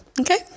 Okay